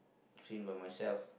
train by myself